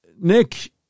Nick